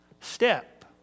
step